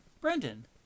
Brendan